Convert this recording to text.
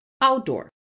outdoor